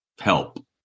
help